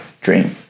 dream